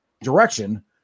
direction